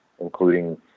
including